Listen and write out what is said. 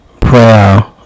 prayer